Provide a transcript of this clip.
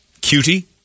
Cutie